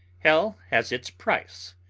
hell has its price!